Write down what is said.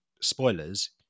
spoilers